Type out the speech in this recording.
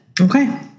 Okay